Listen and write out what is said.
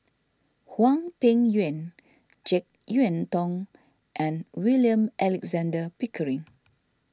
Hwang Peng Yuan Jek Yeun Thong and William Alexander Pickering